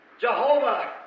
Jehovah